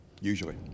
Usually